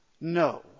No